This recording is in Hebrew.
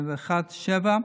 43,207,